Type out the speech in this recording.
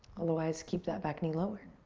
otherwise, keep that back knee lowered.